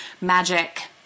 magic